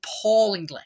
appallingly